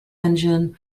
engine